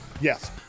Yes